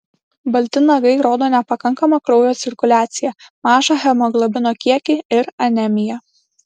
balti nagai rodo nepakankamą kraujo cirkuliaciją mažą hemoglobino kiekį ir anemiją